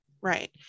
Right